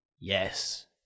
yes